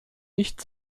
nicht